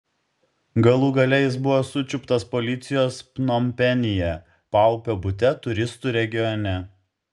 galų gale jis buvo sučiuptas policijos pnompenyje paupio bute turistų regione